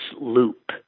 loop